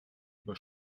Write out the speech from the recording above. über